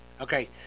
Okay